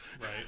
Right